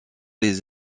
les